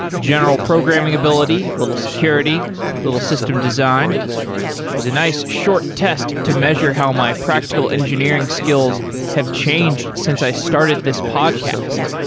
general programming ability, a little security, a little system design, it was a nice, short test to measure how my practical engineering skills have changed since i started this podcast.